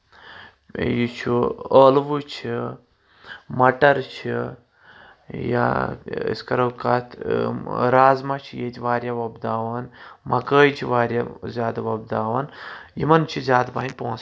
یہِ چھُ ٲلوٕ چھِ مَٹَر چھِ یا أسۍ کَرو کَتھ رازما چھِ ییٚتہِ واریاہ وۄبداوان مَکٲے چھِ واریاہ زیادٕ وۄپداوان یِمَن چھِ زیادٕ پَہَنۍ پونٛسہٕ یِوان